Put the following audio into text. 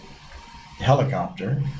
helicopter